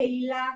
קהילה,